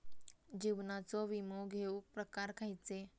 जीवनाचो विमो घेऊक प्रकार खैचे?